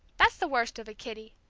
that's the worst of a kiddie,